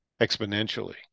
exponentially